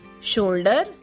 Shoulder